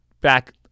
back